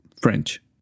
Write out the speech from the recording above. French